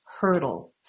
hurdle